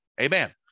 Amen